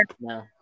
No